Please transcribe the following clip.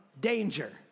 danger